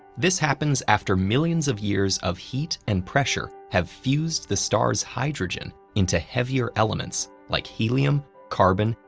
this happens after millions of years of heat and pressure have fused the star's hydrogen into heavier elements like helium, carbon,